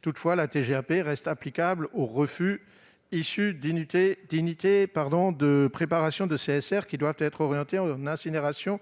Toutefois, la TGAP reste applicable aux refus issus d'unités de préparation de CSR qui doivent être orientés en incinération